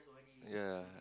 yea